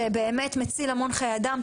שבאמת מציל המון חיי אדם.